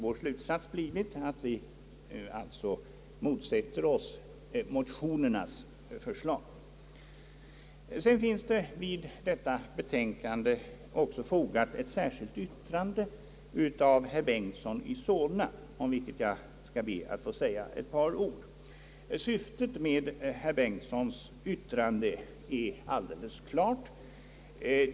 Vår slutsats har blivit att vi motsätter oss motionärernas förslag. Vid detta betänkande finns också fogat ett särskilt yttrande av herr Bengtson i Solna, om vilket jag skall be att få säga ett par ord. Syftet med herr Bengtsons yttrande är klart.